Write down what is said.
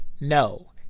no